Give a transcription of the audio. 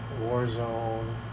Warzone